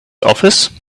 office